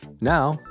Now